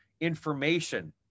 information